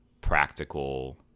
practical